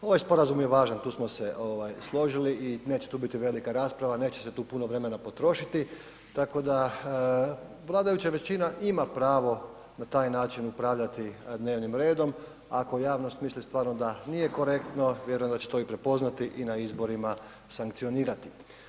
Ovaj sporazum je važan, tu smo se složili i neće tu biti velika rasprava, neće se tu puno vremena potrošiti tako da vladajuća većina ima pravo na taj način upravljati dnevnim redom ako javnost misli stvarno da nije korektno, vjerujem da će to i prepoznati i na izborima sankcionirati.